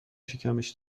شکمش